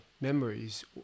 memories